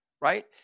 right